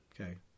Okay